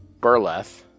Burleth